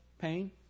pain